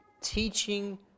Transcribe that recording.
teaching